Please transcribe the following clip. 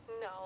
No